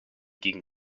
gegen